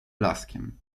blaskiem